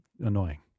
annoying